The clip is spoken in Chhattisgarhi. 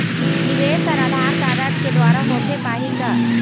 निवेश हर आधार कारड के द्वारा होथे पाही का?